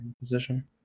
position